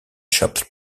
chopped